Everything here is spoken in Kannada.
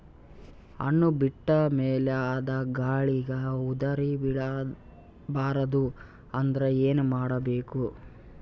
ಹಣ್ಣು ಬಿಟ್ಟ ಮೇಲೆ ಅದ ಗಾಳಿಗ ಉದರಿಬೀಳಬಾರದು ಅಂದ್ರ ಏನ ಮಾಡಬೇಕು?